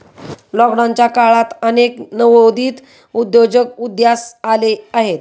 लॉकडाऊनच्या काळात अनेक नवोदित उद्योजक उदयास आले आहेत